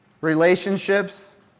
Relationships